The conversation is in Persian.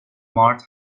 مارت